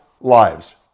lives